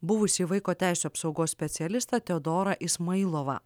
buvusį vaiko teisių apsaugos specialistą teodorą ismailovą